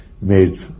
made